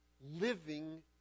living